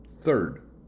third